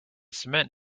cement